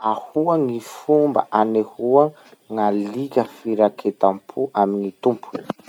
Ahoa gny fomba anehoa gn'alika firaketam-po amin'ny tompony?